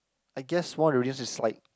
I guess one of the reasons is like